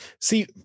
see